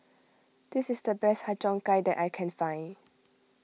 this is the best Har Cheong Gai that I can find